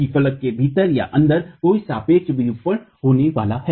कि फलक के भीतरअंदर कोई सापेक्ष विरूपण होने वाला है